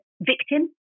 victim